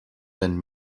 been